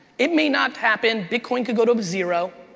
it may not happen, bitcoin could go to zero.